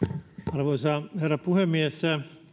arvoisa herra puhemies